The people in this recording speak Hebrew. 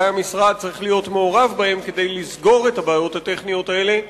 אולי המשרד צריך להיות מעורב בהן כדי לסגור את הבעיות הטכניות האלה.